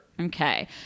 Okay